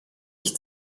ich